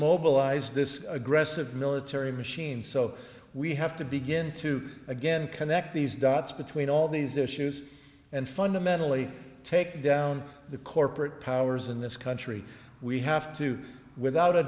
mobilized this aggressive military machine so we have to begin to again connect these dots between all these issues and fundamentally take down the corporate powers in this country we have to without a